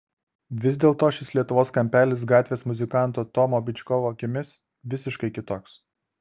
vis dėlto šis lietuvos kampelis gatvės muzikanto tomo byčkovo akimis visiškai kitoks